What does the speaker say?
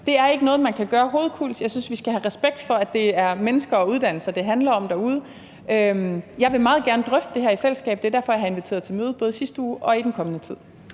Det er ikke noget, man kan gøre hovedkulds. Jeg synes, vi skal have respekt for, at det er mennesker og uddannelser derude, det handler om. Jeg vil meget gerne drøfte det her i fællesskab, og det er derfor, jeg har inviteret til møde, både i sidste uge og i den kommende tid.